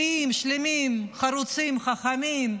בריאים, שלמים, חרוצים, חכמים,